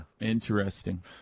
Interesting